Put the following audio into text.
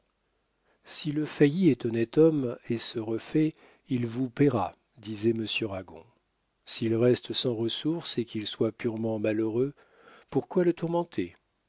si le failli est honnête homme et se refait il vous payera disait monsieur ragon s'il reste sans ressource et qu'il soit purement malheureux pourquoi le tourmenter